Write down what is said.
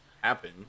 happen